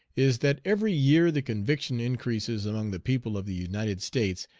is, that every year the conviction increases among the people of the united states,